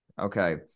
okay